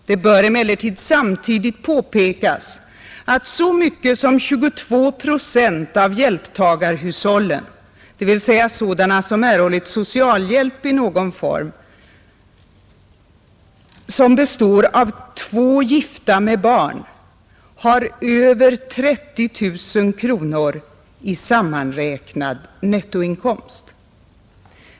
”Det bör emellertid samtidigt påpekas, att så mycket som 22 procent av hjälptagarhushållen som består av två gifta med barn, har över 30 000 kronor i sammanräknad nettoinkomst.